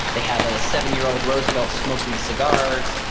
they have a seven year old roosevelt smoking cigars.